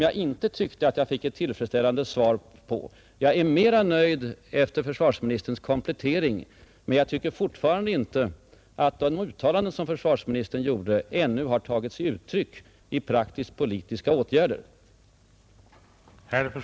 Jag tyckte inte att jag fick ett tillfredställande svar på den. Jag är mera nöjd nu, efter försvarsministerns komplettering, men jag tycker fortfarande inte att de uttalanden som försvarsministern gjort har tagit sig uttryck i praktisk-politiska åtgärder.